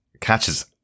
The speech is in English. catches